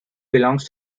belongs